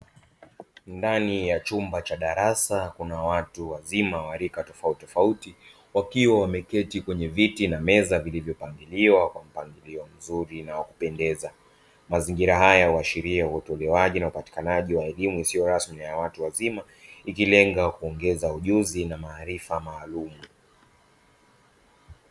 Ndani ya chumba cha darasa kuna watu wazima wa rika tofautitofauti, wakiwa wameketi katika viti na meza vilivyopangiliwa kwa mpangilio mzuri na wa kupendeza. Mazingira haya huashiria upatikanaji na utolewaji wa elimu isiyo rasmi na ya watu wazima, ikilenga kuwaongezea ujuzi na maarifa maalumu.